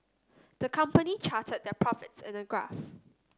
the company charted their profits in a graph